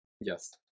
Yes